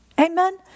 Amen